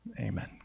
Amen